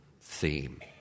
theme